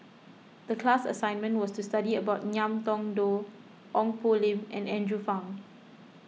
the class assignment was to study about Ngiam Tong Dow Ong Poh Lim and Andrew Phang